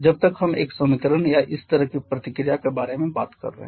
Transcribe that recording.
जब तक हम एक समीकरण या इस तरह की प्रतिक्रिया के बारे में बात कर रहे हैं